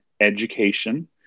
education